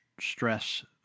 stress